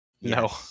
No